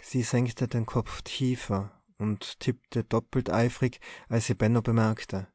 sie senkte den kopf tiefer und tippte doppelt eifrig als sie benno bemerkte